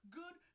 good